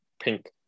pink